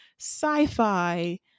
sci-fi